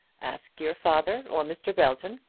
ask your father, or mr. belton,